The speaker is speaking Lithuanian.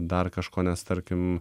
dar kažko nes tarkim